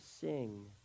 sing